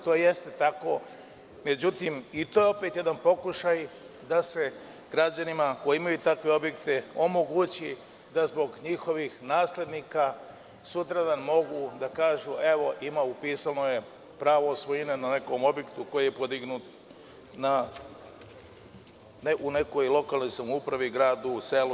To jeste tako ali međutim i to je jedan pokušaj da se građanima koji imaju takve objekte omogući da zbog njihovih naslednika mogu da kažu – evo, ima upisano je pravo svojine na nekom objektu koji je podignut u nekoj lokalnoj samoupravi, gradu, selu.